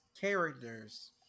characters